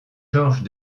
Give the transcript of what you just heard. gorges